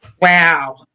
Wow